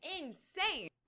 Insane